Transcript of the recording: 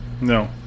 No